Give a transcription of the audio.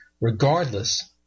regardless